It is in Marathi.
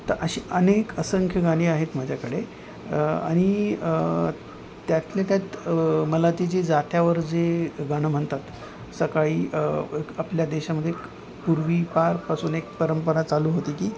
तर अशी अनेक असंख्य गाणी आहेत माझ्याकडे आणि त्यातल्या त्यात मला ती जी जात्यावर जे गाणं म्हणतात सकाळी आपल्या देशामध्ये पूर्वापारपासून एक परंपरा चालू होती की